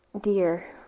Dear